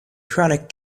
chronic